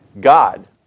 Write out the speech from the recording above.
God